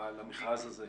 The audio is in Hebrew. למכרז הזה?